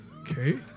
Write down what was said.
Okay